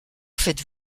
faites